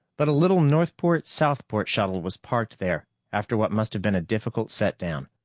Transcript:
but a little northport-southport shuttle was parked there after what must have been a difficult set-down.